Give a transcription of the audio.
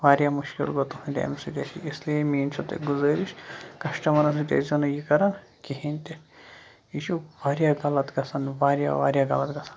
واریاہ مُشکِل گوٚو تُہُندِ اَمہِ سۭتۍ اس لیے میٲنۍ چھو تۄہہِ گُزٲرِش کَسٹمَرن سۭتۍ ٲسۍ زیو نہٕ یہِ کران کِہینۍ تہِ یہِ چھُ واریاہ غلط گژھان واریاہ واریاہ غلط گژھان